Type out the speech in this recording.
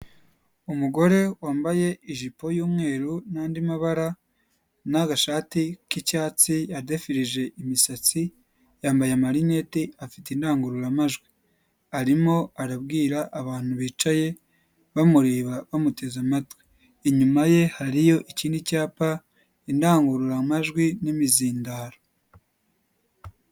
Umugore wambaye ijipo y'umweru n'andi mabara n'agashati k'icyatsi, yadefirije imisatsi, yambaye amarineti, afite indangururamajwi, arimo arabwira abantu bicaye bamureba bamuteze amatwi, inyuma ye hariyo ikindi cyapa, indangururamajwi n'imizindaro.